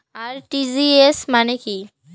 RTGS মানে কি?